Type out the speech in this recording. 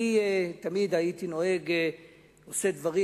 אני תמיד הייתי עושה דברים,